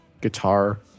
guitar